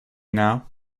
now